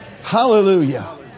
Hallelujah